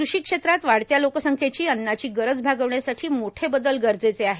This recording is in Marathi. कृषी क्षेत्रात वाढत्या लोकसंख्येची अन्नाची गरज भागवण्यासाठी मोठे बदल गरजेचे आहेत